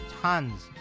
tons